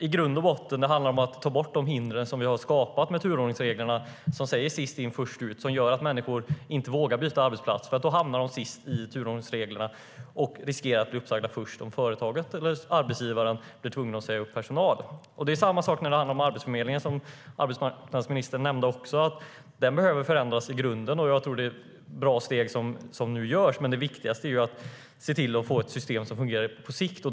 I grund och botten handlar det om att ta bort de hinder som har skapats med turordningsreglerna som säger sist-in-först-ut, som gör att människor inte vågar byta arbetsplats eftersom de hamnar sist i turordningsreglerna och riskerar att bli uppsagda först om företaget eller arbetsgivaren blir tvungen att säga upp personal. Arbetsmarknadsministern nämnde att Arbetsförmedlingen behöver förändras i grunden. Det är ett bra steg. Men det viktigaste är att se till att få ett system som fungerar på sikt.